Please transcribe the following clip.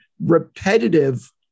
repetitive